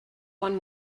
one